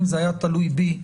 אם זה היה תלוי בי,